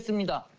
me to